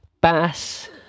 BASS